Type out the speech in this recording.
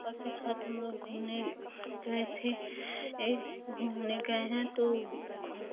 पापा के साथ हम लोग घूमने गए थे ये घूमने गए हैं तो